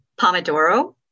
Pomodoro